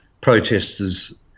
protesters